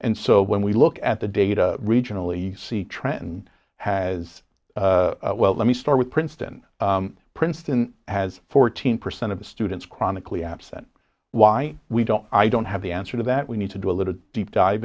and so when we look at the data regionally see trenton has well let me start with princeton princeton has fourteen percent of the students chronically absent why we don't i don't have the answer to that we need to do a little deep dive